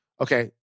Okay